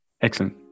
Excellent